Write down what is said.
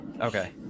Okay